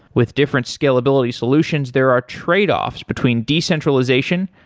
with different scalability solutions, there are trade-offs between decentralization,